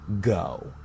go